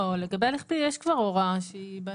לא, לגבי הליך פלילי יש כבר הוראה שהיא בנוסח,